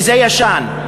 וזה ישן,